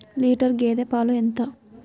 Litre గేదె పాలు ఎంత?